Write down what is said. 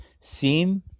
seen